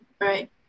Right